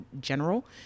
general